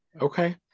Okay